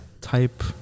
type